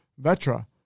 Vetra